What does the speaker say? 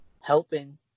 helping